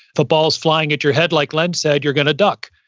the ball's flying at your head, like len said, you're going to duck,